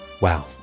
Wow